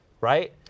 right